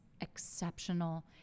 exceptional